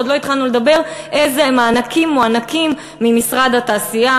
ועוד לא התחלנו איזה מענקים מוענקים ממשרד התעשייה,